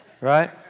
right